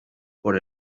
por